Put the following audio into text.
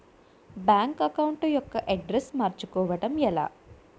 Bank account address మార్చుకోవడం ఎలా?